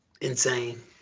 Insane